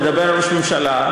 לדבר על ראש הממשלה,